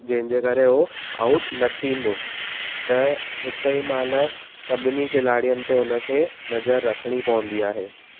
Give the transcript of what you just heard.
जंहिंजे करे हो आउट न थींदो त हिकु ई महिल सभिनी खिलाड़ियुनि ते हुन खे नज़र रखिणी पवंदी आहे